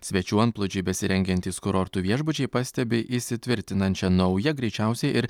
svečių antplūdžiui besirengiantys kurortų viešbučiai pastebi įsitvirtinančią naują greičiausiai ir